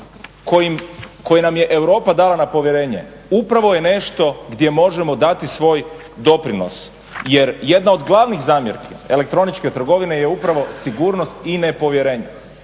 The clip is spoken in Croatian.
koje nam je Europa dala na povjerenje upravo je nešto gdje možemo dati svoj doprinos jer jedna od glavnih zamjerki elektroničke trgovine je upravo sigurnost i nepovjerenje,